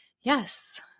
yes